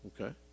Okay